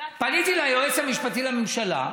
פניתי ליועץ המשפטי לממשלה,